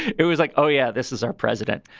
it was like, oh, yeah, this is our president,